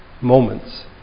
moments